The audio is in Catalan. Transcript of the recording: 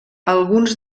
alguns